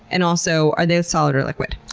and also, are they solid or liquid?